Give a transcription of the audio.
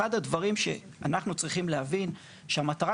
אחד הדברים שאנחנו צריכים להבין שהמטרה